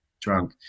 drunk